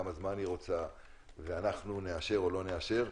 כמה זמן היא רוצה ואנחנו נאשר או לא נאשר.